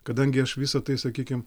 kadangi aš visa tai sakykim